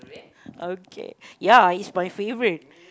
okay ya is my favourite